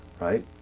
right